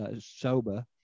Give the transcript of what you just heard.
sober